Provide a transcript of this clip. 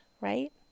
right